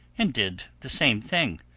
and did the same thing.